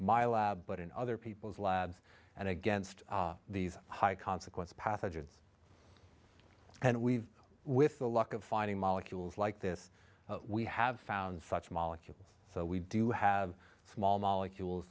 my lab but in other people's labs and against these high consequence pathogen and we've with the luck of finding molecules like this we have found such molecules so we do have small molecules